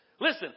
Listen